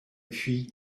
puis